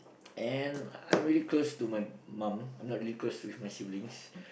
and I'm really close to my mum I'm not really close with my siblings